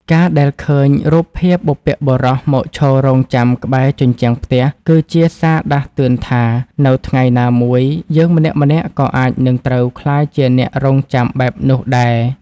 ការដែលឃើញរូបភាពបុព្វបុរសមកឈររង់ចាំក្បែរជញ្ជាំងផ្ទះ គឺជាសារដាស់តឿនថា នៅថ្ងៃណាមួយយើងម្នាក់ៗក៏អាចនឹងត្រូវក្លាយជាអ្នករង់ចាំបែបនោះដែរ។